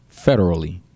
federally